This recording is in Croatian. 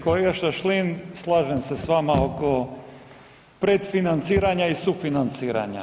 Kolega Šašlin, slažem se s vama oko pretfinanciranja i sufinanciranja.